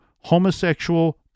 homosexual